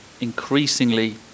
increasingly